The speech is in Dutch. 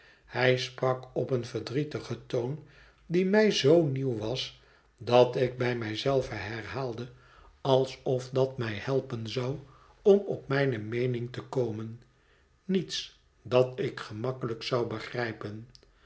hij sprak op een verdrietigen toon die mij zoo nieuw was dat ik bij mij zelve herhaalde alsof dat mij helpen zou om op zijne meening te komen niets dat ik gemakkelijk zou begrijpen